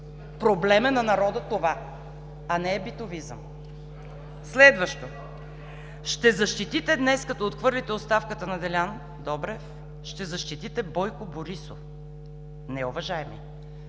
Проблем е на народа това, а не е битовизъм. Следващо – като отхвърлите днес оставката на Делян Добрев, ще защитите Бойко Борисов. Не, уважаеми